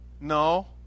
No